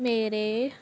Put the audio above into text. ਮੇਰੇ